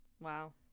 wow